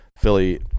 Philly